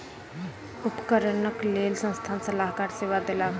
उपकरणक लेल संस्थान सलाहकार सेवा देलक